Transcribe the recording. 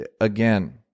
again